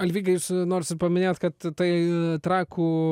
alvyga jūs nors ir paminėjot kad tai trakų